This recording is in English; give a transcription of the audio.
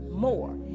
more